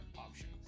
options